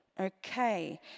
Okay